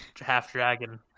half-dragon